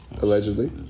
Allegedly